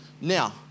Now